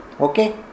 Okay